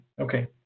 okay